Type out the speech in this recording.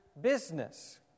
business